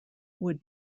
would